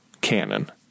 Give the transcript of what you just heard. canon